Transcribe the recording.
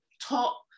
top